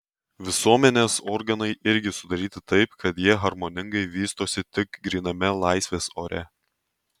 visuomenės organai irgi sudaryti taip kad jie harmoningai vystosi tik gryname laisvės ore